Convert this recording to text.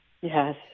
Yes